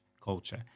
culture